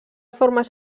formes